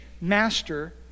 master